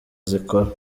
zikora